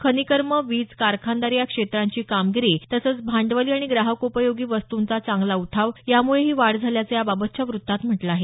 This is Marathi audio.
खनिकर्म वीज कारखानदारी या क्षेत्रांची कामगिरी तसंच भांडवली आणि ग्राहकोपयोगी वस्तूंचा चांगला उठाव यामुळे ही वाढ झाल्याचं याबाबतच्या वृत्तात म्हटलं आहे